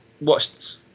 watched